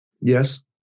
Yes